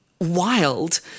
wild